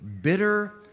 bitter